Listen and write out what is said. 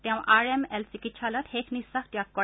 তেওঁ R M L চিকিৎসালয়ত শেষ নিশ্বাস ত্যাগ কৰে